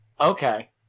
Okay